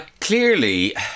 clearly